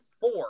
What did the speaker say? Four